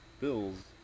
Bills